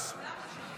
חברי ישראל כץ,